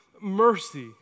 mercy